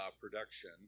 production